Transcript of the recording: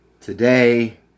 today